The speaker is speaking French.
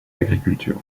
l’agriculture